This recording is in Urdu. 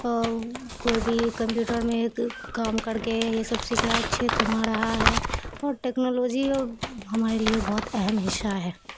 کوئی بھی کمپیوٹر میں کام کر کے یہ سب سیکھ رہا اچھے کما رہا ہے اور ٹیکنالوجی ہمارے لیے بہت اہم حصہ ہے